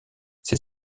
ses